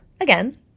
Again